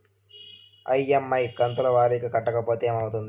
EMI కంతుల వారీగా కట్టకపోతే ఏమవుతుంది?